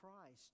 Christ